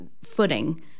footing